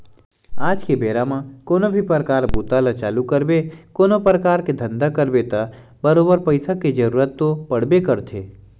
आज के बेरा म कोनो भी काम बूता ल चालू करबे कोनो परकार के धंधा करबे त बरोबर पइसा के जरुरत तो पड़बे करथे